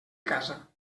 casa